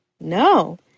no